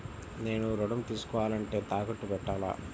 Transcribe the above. నేను ఋణం తీసుకోవాలంటే తాకట్టు పెట్టాలా?